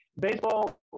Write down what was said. baseball